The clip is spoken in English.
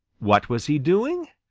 what was he doing?